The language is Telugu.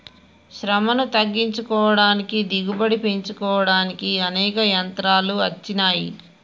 శ్రమను తగ్గించుకోడానికి దిగుబడి పెంచుకోడానికి అనేక యంత్రాలు అచ్చినాయి